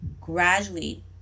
gradually